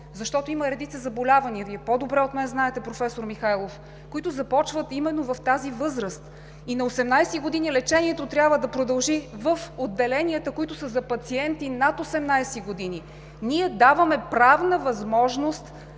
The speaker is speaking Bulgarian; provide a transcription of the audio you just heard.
защото има редица заболявания, Вие по-добре от мен знаете, професор Михайлов, които започват именно в тази възраст, и на 18 години лечението трябва да продължи в отделенията, които са за пациенти над 18 години. Ние даваме правна възможност